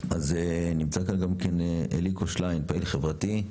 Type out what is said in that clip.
אז נמצא כאן גם כן אליקו שליין, פעיל חברתי,